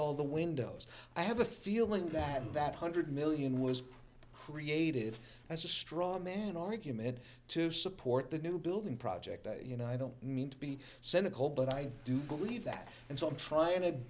all the windows i have a feeling that that hundred million was created as a straw man argument to support the new building project you know i don't mean to be cynical but i do believe that and so i'm trying